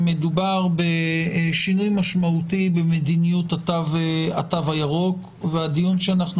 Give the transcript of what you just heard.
שמדובר בשינוי משמעותי במדיניות התו הירוק והדיון שאנחנו